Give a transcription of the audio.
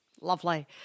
Lovely